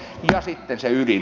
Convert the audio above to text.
ja sitten se ydin